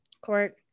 court